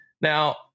Now